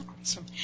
Awesome